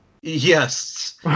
yes